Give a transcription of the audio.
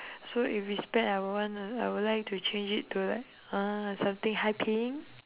so if it's bad I would wanna I would like to change it to like uh something high paying